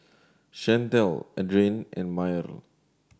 Shantel Adrain and Myrl